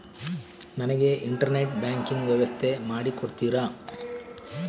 ನನಗೆ internet banking ವ್ಯವಸ್ಥೆ ಮಾಡಿ ಕೊಡ್ತೇರಾ?